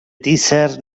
dicer